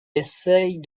essaie